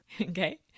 Okay